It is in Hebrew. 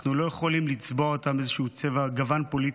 אנחנו לא יכולים לצבוע אותם באיזשהו גוון פוליטי,